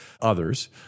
others